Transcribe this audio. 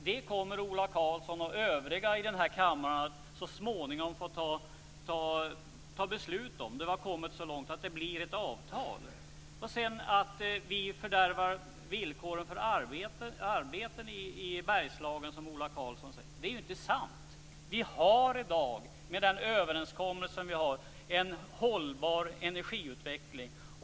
Det kommer Ola Karlsson och övriga i denna kammare att så småningom få fatta beslut om när det har kommit så långt att det blir ett avtal. Ola Karlsson säger att vi fördärvar villkoren för arbeten i Bergslagen. Det är inte sant. Vi har i dag med den överenskommelse vi har en hållbar energiutveckling.